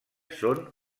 són